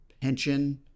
pension